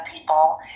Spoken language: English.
people